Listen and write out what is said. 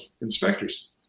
inspectors